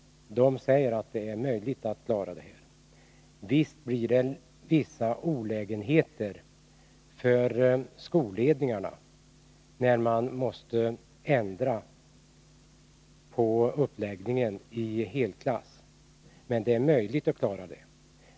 De säger att det är möjligt att klara detta. Visst blir det vissa olägenheter för skolledningarna, när de måste ändra på uppläggningen i helklass, men det är möjligt att klara av dem.